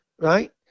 right